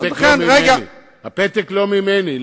המצב, ליצמן, הפתק לא ממני.